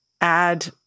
add